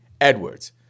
Edwards